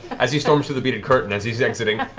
as you storm through the beaded curtain, as he's exiting.